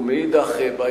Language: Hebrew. ומאידך גיסא,